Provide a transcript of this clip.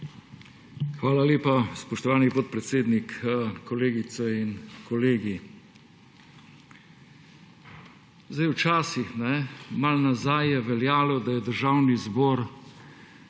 Hvala lepa. Spoštovani podpredsednik, kolegice in kolegi! Včasih, malo nazaj, je veljalo, da je Državni zbor